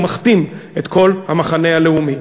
הוא מכתים את כל המחנה הלאומי.